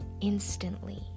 instantly